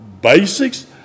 basics